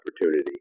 opportunity